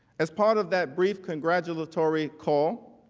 as part of that brief congratulatory call,